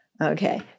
Okay